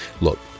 Look